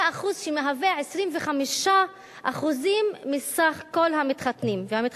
זה אחוז שמהווה 25% מסך כל המתחתנים והמתחתנות.